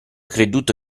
creduto